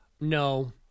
No